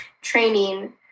training